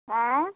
आयँ